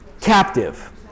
captive